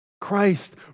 Christ